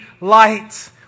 light